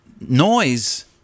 noise